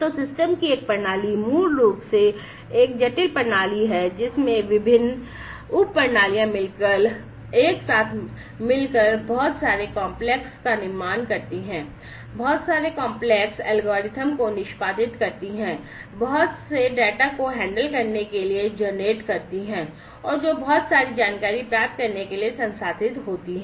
तो सिस्टम की एक प्रणाली मूल रूप से एक जटिल प्रणाली है जिसमें विभिन्न विभिन्न उपप्रणालियाँ मिलकर एक साथ मिलकर बहुत सारे कॉम्प्लेक्स का निर्माण करती हैं बहुत सारे कॉम्प्लेक्स एल्गोरिथ्म को निष्पादित करती हैं बहुत से डेटा को हैंडल करने के लिए जनरेट करती हैं और जो बहुत सारी जानकारी प्राप्त करने के लिए संसाधित होती हैं